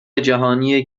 جهانی